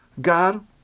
God